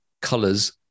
colors